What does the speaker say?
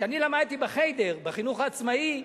כשאני למדתי ב"חדר" בחינוך העצמאי,